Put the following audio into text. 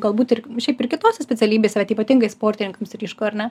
galbūt ir šiaip ir kitose specialybėse bet ypatingai sportininkams ryšku ar ne